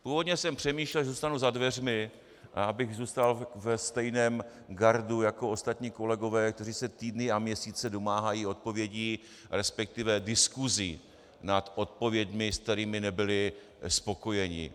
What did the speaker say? Původně jsem přemýšlel, že zůstanu za dveřmi, abych zůstal ve stejném gardu jako ostatní kolegové, kteří se týdny a měsíce domáhají odpovědí, resp. diskusí nad odpověďmi, s kterými nebyli spokojeni.